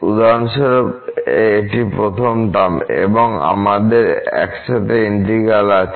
উদাহরণস্বরূপ এটি প্রথম টার্ম এবং আমাদের একসাথে ইন্টিগ্র্যাল আছে